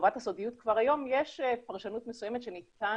חובת הסודיות כבר היום יש פרשנות מסוימת שניתן